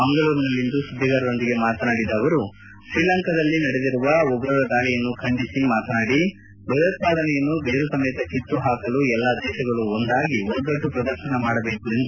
ಮಂಗಳೂರಿನಲ್ಲಿಂದು ಸುದ್ದಿಗಾರರೊಂದಿಗೆ ಮಾತನಾಡಿದ ಅವರು ತ್ರೀಲಂಕಾದಲ್ಲಿ ನಡೆದಿರುವ ಉಗ್ರರ ದಾಳಿಯನ್ನು ಖಂಡಿಸಿದ ಅವರು ಭಯೋತ್ವಾದನೆಯನ್ನು ಬೇರು ಸಮೇತ ಕಿತ್ತು ಹಾಕಲು ಎಲ್ಲಾ ದೇಶಗಳು ಒಂದಾಗಿ ಒಗ್ಗಟ್ಟು ಪ್ರದರ್ಶನ ಮಾಡಬೇಕು ಎಂದು ಸಿ